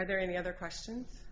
are there any other questions